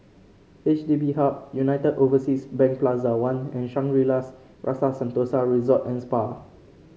H D B Hub United Overseas Bank Plaza One and Shangri La's Rasa Sentosa Resort and Spa